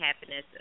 happiness